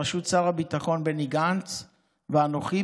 בראשות שר הביטחון בני גנץ ואנוכי,